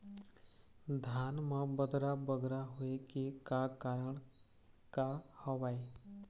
धान म बदरा बगरा होय के का कारण का हवए?